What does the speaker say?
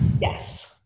Yes